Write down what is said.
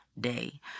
day